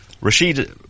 Rashid